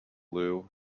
blue